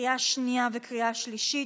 לקריאה שנייה וקריאה שלישית.